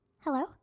Hello